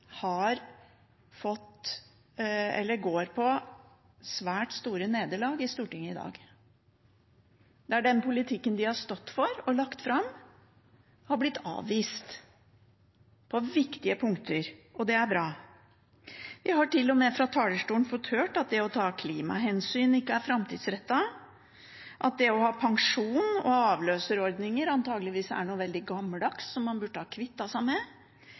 med fått høre fra talerstolen at det å ta klimahensyn ikke er framtidsrettet, og at det å ha pensjon og avløserordninger antakeligvis er noe veldig gammeldags, som man burde ha kvittet seg med.